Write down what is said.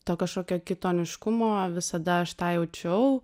to kažkokio kitoniškumo visada aš tą jaučiau